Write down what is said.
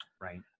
right